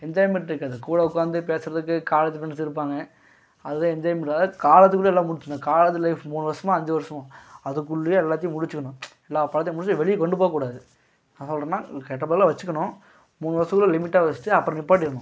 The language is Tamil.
என்ஜாய்மென்ட் இருக்காது கூட உட்காந்து பேசுகிறதுக்கு காலேஜ் ஃப்ரெண்ட்ஸ் இருப்பாங்க அதுதான் என்ஜாய்மென்ட் அதாவது காலேஜ் குள்ள எல்லாம் முடிச்சிக்கணும் காலேஜ் லைஃப் மூணு வர்ஷமோ அஞ்சு வருஷமோ அதுக்குள்ளயே எல்லாத்தையும் முடிச்சிக்கணும் எல்லா பழக்கத்தையும் முடிச்சுட்டு வெளிய கொண்டு போக்கூடாது கெட்ட பழக்கலாம் வச்சுக்கணும் மூணு வர்ஷத்துக்குள்ள லிமிட்டா வச்சுட்டு அப்புறம் நிற்பாட்டிடணும்